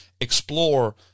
explore